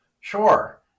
Sure